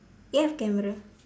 you have camera